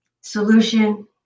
solution